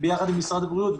ביחד עם משרד הבריאות,